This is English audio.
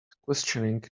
questioning